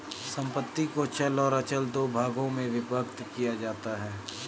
संपत्ति को चल और अचल दो भागों में विभक्त किया जाता है